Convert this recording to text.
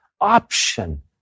option